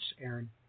Aaron